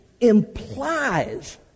implies